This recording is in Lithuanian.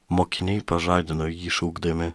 mokiniai pažadino jį šaukdami